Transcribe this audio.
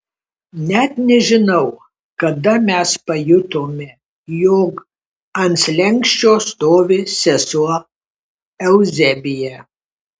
net nežinau kada mes pajutome jog ant slenksčio stovi sesuo euzebija